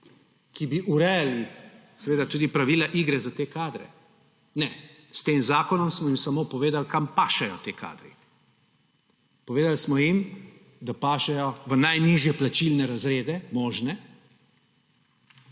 ki bi urejali seveda tudi pravila igre za te kadre. Ne! S tem zakonom smo jim samo povedali, kam pašejo ti kadri. Povedali smo jim, da pašejo v najnižje plačilne razrede – možne